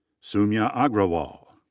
soumya agrawal.